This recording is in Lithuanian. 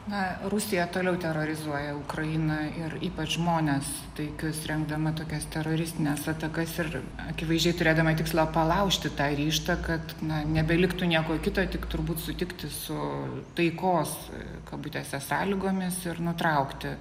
na rusija toliau terorizuoja ukrainą ir ypač žmones taikius rengdama tokias teroristines atakas ir akivaizdžiai turėdama tikslą palaužti tą ryžtą kad nebeliktų nieko kito tik turbūt sutikti su taikos kabutėse sąlygomis ir nutraukti